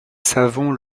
savon